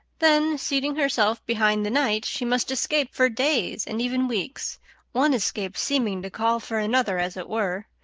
then, seating herself behind the knight, she must escape for days, and even weeks one escape seeming to call for another, as it were.